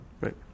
Right